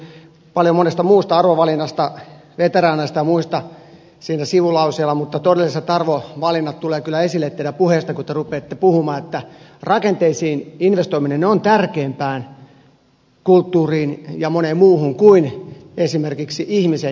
elikkä puhuit paljon monesta muusta arvovalinnasta veteraaneista ja muista siinä sivulauseella mutta todelliset arvovalinnat tulee kyllä esille teidän puheestanne kun te rupeatte puhumaan että rakenteisiin investoiminen on tärkeämpää kulttuuriin ja moneen muuhun kuin esimerkiksi ihmiseen investointi